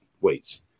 weights